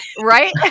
Right